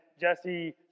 Jesse